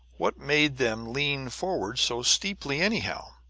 what made them lean forward so steeply anyhow?